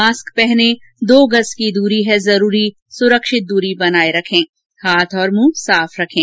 mask पहनें दो गज़ की दूरी है जरूरी सुरक्षित दूरी बनाए रखें हाथ और मुंह साफ रखें